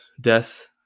death